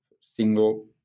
single